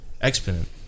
Exponent